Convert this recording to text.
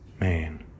Man